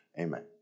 Amen